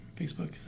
Facebook